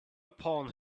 upon